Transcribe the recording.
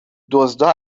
دزدا